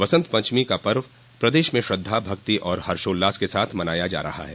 बसंत पंचमी का पव प्रदेश में श्रद्धा भक्ति और हर्षोल्लास के साथ मनाया जा रहा है